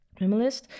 minimalist